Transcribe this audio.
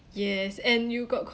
yes and you got co~